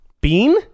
Bean